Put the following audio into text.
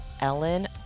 ellen